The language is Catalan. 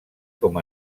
com